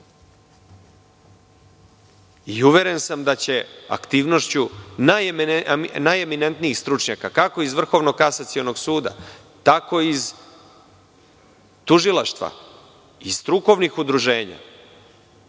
Uveren sam da će aktivnošću najeminentnijih stručnjaka, kako iz Vrhovnog kasacionog suda, tako iz tužilaštva, iz strukovnih udruženja,